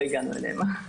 לא הגענו אליהם.